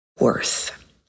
worth